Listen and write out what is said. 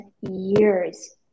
years